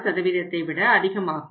6ஐ விட அதிகமாகும்